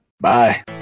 Bye